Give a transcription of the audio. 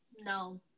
No